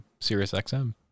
SiriusXM